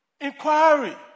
Inquiry